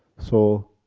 so,